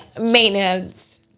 maintenance